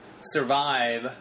survive